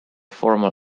formal